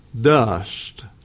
dust